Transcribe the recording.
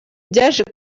byaje